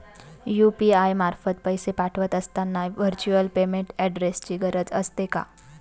UPI मार्फत पैसे पाठवत असताना व्हर्च्युअल पेमेंट ऍड्रेसची गरज असते का?